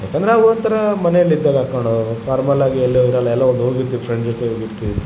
ಯಾಕಂದರೆ ಅವು ಒಂಥರ ಮನೇಲಿದ್ದಾಗ ಹಾಕೋಳೋದು ಫಾರ್ಮಲಾಗಿ ಎಲ್ಲು ಇರೊಲ್ಲ ಎಲ್ಲೋ ಒಂದು ಹೋಗಿರ್ತಿವಿ ಫ್ರೆಂಡ್ ಜೊತೆ ಹೋಗಿರ್ತಿವಿ